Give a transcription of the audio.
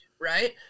right